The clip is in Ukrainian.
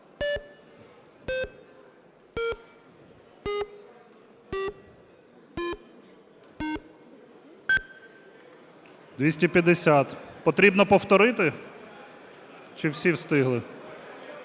За-250 Потрібно повторити? Чи всі встигли?